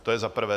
To je za prvé.